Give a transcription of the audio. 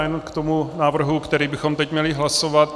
Jenom k tomu návrhu, který bychom teď měli hlasovat.